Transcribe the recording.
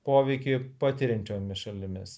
poveikį patiriančiomis šalimis